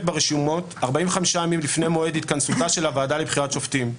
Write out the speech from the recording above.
ברשומות 45 ימים לפני מועד התכנסותה של הוועדה לבחירת שופטים.